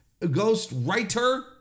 Ghostwriter